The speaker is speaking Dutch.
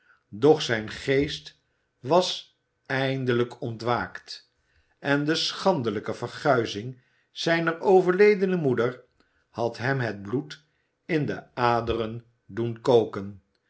doch zijn geest was eindelijk ontwaakt en de schandelijke verguizing zijner overledene moeder had hem het bloed in de aderen doen koken